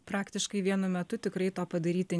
praktiškai vienu metu tikrai to padaryti